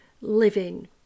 living